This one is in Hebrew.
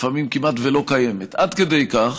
לפעמים כמעט לא קיימת, עד כדי כך